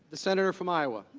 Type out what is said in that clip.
center from iowa